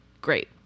great